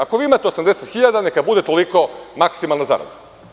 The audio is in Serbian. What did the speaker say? Ako vi imate 80.000, neka bude toliko maksimalna zarada.